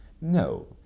no